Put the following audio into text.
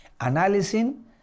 analyzing